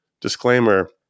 disclaimer